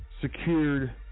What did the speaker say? secured